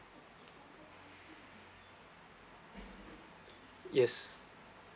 yes